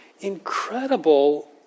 incredible